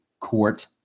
Court